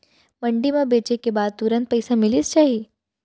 मंडी म बेचे के बाद तुरंत पइसा मिलिस जाही?